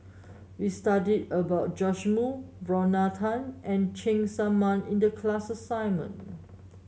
we studied about Joash Moo Lorna Tan and Cheng Tsang Man in the class assignment